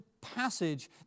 passage